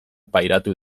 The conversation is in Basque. pairatu